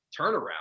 turnaround